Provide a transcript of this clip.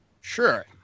Sure